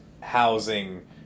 housing